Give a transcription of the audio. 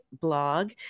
blog